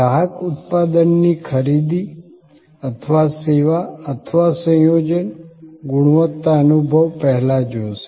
ગ્રાહક ઉત્પાદનની ખરીદી અથવા સેવા અથવા સંયોજન ગુણવત્તા અનુભવ પહેલા જોશે